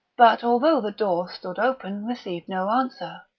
but, although the door stood open, received no answer.